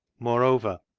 moreover,